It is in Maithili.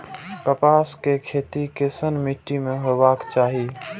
कपास के खेती केसन मीट्टी में हेबाक चाही?